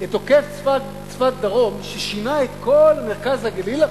עוקף צפת דרום, ששינה את כל מרכז הגליל עכשיו,